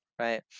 right